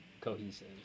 cohesive